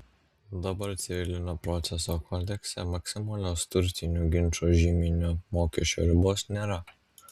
dabar civilinio proceso kodekse maksimalios turtinių ginčų žyminio mokesčio ribos nėra